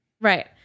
right